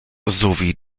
sowie